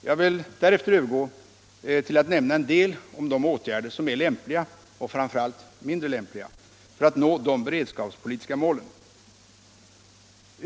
Jag vill därefter övergå till att nämna en del om de åtgärder som är lämpliga, och framför allt mindre lämpliga, för att nå de beredskaps politiska målen.